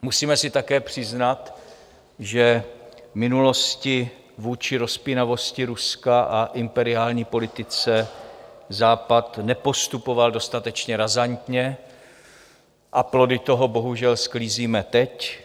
Musíme si také přiznat, že v minulosti vůči rozpínavosti Ruska a imperiální politice Západ nepostupoval dostatečně razantně, a plody toho bohužel sklízíme teď.